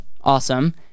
awesome